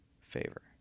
favor